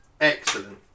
excellent